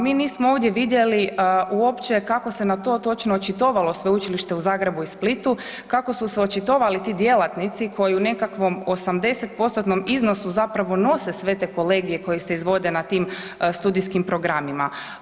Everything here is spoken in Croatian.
Mi nismo ovdje vidjeli uopće kako se na to točno očitovalo Sveučilište u Zagrebu i Splitu, kako su se očitovali ti djelatnici koji u nekakvom 80%-tnom iznosu zapravo nose sve te kolegije koji se izvode na tim studijskim programima.